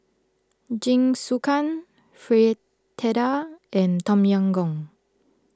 Jingisukan Fritada and Tom Yam Goong